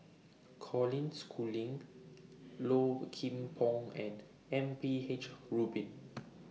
Colin Schooling Low Kim Pong and M P H Rubin